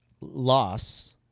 loss